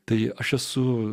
tai aš esu